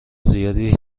زیادی